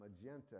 magenta